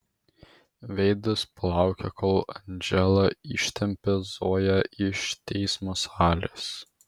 veidas palaukia kol andžela ištempia zoją iš teismo salės